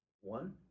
one